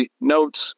notes